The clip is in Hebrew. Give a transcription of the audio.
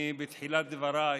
אני בתחילת דבריי